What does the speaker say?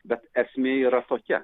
bet esmė yra tokia